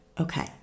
okay